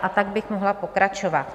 A tak bych mohla pokračovat.